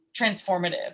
transformative